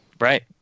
right